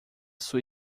sua